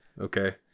Okay